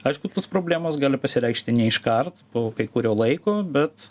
aišku tos problemos gali pasireikšti ne iškart po kai kurio laiko bet